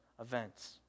events